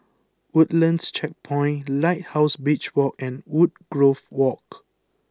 Woodlands Checkpoint Lighthouse Beach Walk and Woodgrove Walk